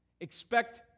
Expect